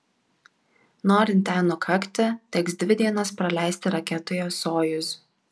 norint ten nukakti teks dvi dienas praleisti raketoje sojuz